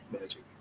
magic